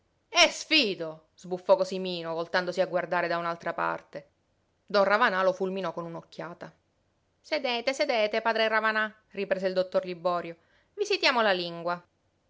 eh sfido sbuffò cosimino voltandosi a guardare da un'altra parte don ravanà lo fulminò con un'occhiata sedete sedete padre ravanà riprese il dottor liborio visitiamo la lingua